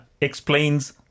explains